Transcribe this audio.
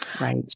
Right